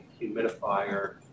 humidifier